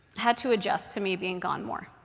had to adjust to me being gone more.